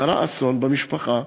קרה אסון במשפחה,